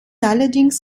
allerdings